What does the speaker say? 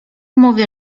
mówię